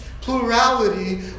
plurality